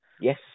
Yes